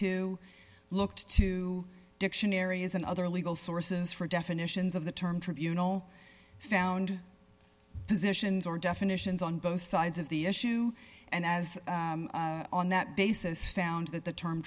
dollars looked to dictionaries and other legal sources for definitions of the term tribunal found positions or definitions on both sides of the issue and as on that basis found that the term